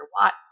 Watts